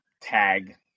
Tag